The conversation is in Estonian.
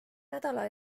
nädala